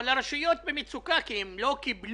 אבל הרשויות במצוקה כי הן לא קיבלו